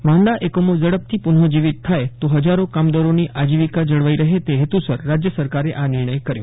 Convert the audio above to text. માંદા એકમો ઝ્ઝ્ટપથી પુનઃજીવીત થાય તો હજારો કાયદારોની આજીવીકા જળવાઇ રહે તે હેતુસર રાજ્ય સરકારે આ નિર્જીય કર્યો છે